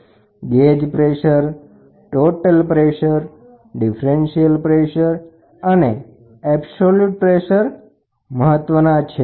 દબાણ માપનમાં gauge pressure total pressure differential pressure અને એબસોલ્યુટ પ્રેશર મહત્વના છે